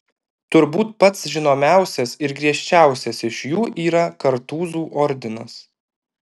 turbūt pats žinomiausias ir griežčiausias iš jų yra kartūzų ordinas